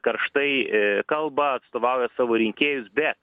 karštai kalba atstovauja savo rinkėjus be